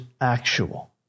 actual